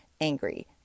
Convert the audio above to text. angry